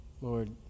Lord